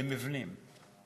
למבנים,